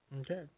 Okay